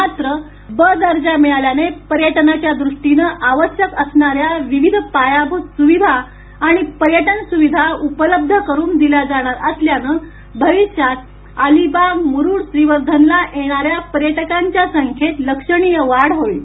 मात्र ब दर्जा मिळाल्याने पर्यटनच्यादृष्टीनं आवश्यक असणारया विविध पायाभूत सुविधा आणि पर्यटन सूविधा उपलब्ध करून दिल्या जाणार असल्याने भविष्यात अलिबागमूरूडश्रीवर्धनला येणार्याप पर्यटकांच्या संख्येत लक्षणीय वाढ होणार आहे